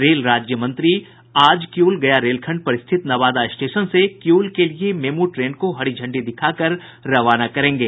rail राज्य मंत्री आज किउल गया रेल खंड पर स्थित नवादा स्टेशन से किउल के लिए मेमू ट्रेन को हरी झंडी दिखाकर रवाना करेंगे